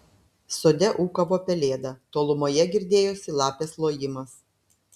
sode ūkavo pelėda tolumoje girdėjosi lapės lojimas